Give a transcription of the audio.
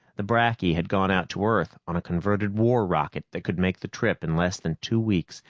the bracky had gone out to earth on a converted war rocket that could make the trip in less than two weeks,